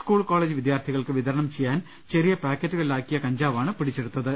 school college വിദ്യാർത്ഥികൾക്ക് വിതരണം ചെയ്യാൻ ചെറിയ പായ്ക്കറ്റുകളിലാക്കിയ കഞ്ചാവാണ് പിടിച്ചെടുത്തത്